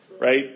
right